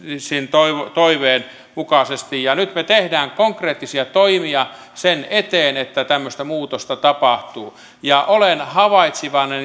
toiveen toiveen mukaisesti ja nyt me teemme konkreettisia toimia sen eteen että tämmöistä muutosta tapahtuu olen havaitsevinani